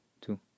two